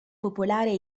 popolare